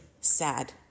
sad